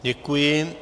Děkuji.